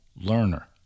learner